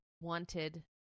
wanted